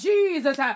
Jesus